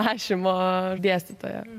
rašymo dėstytoja